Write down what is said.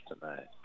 tonight